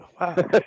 wow